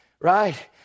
right